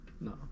No